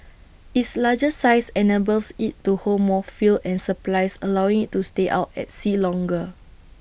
its larger size enables IT to hold more fuel and supplies allowing IT to stay out at sea longer